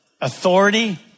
authority